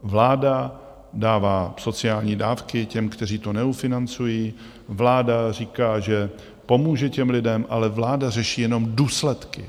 Vláda dává sociální dávky těm, kteří to neufinancují, vláda říká, že pomůže těm lidem, ale vláda řeší jenom důsledky.